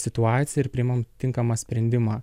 situaciją ir priimam tinkamą sprendimą